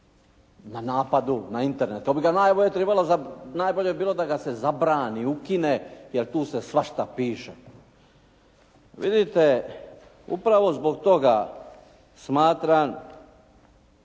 ga najbolje trebalo, najbolje bi bilo da ga se zabrani i ukine jer tu se svašta piše. Vidite upravo zbog toga smatram